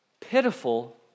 pitiful